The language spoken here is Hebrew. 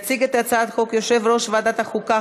יציג את הצעת החוק יושב-ראש ועדת החוקה,